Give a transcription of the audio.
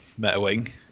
MetaWing